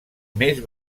més